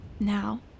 now